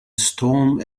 storm